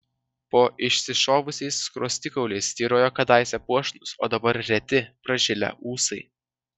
po išsišovusiais skruostikauliais svyrojo kadaise puošnūs o dabar reti pražilę ūsai